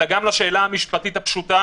אלא גם לשאלה המשפטית הפשוטה,